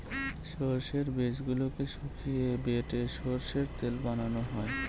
সর্ষের বীজগুলোকে শুকিয়ে বেটে সর্ষের তেল বানানো হয়